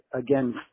again